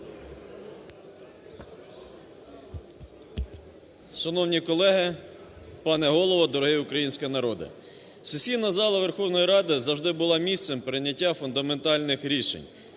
Шановні колеги, пане Голово, дорогий український народе! Сесійна зала Верховної Ради завжди була місцем прийняття фундаментальних рішень: